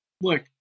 Look